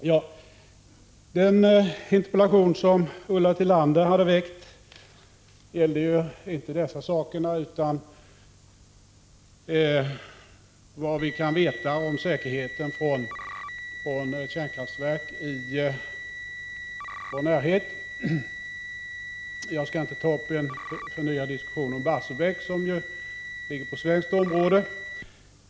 Den interpellation som Ulla Tillander hade väckt gällde inte dessa saker utan vad vi kan veta om säkerheten när det gäller kärnkraftverk i vår närhet. Jag skall inte ta upp en förnyad diskussion om Barsebäck, som ligger på . svenskt område.